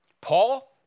Paul